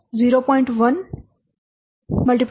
65 0